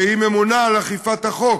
הרי היא ממונה על אכיפת החוק,